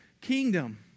kingdom